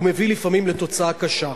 והוא מביא לפעמים לתוצאה קשה.